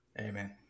Amen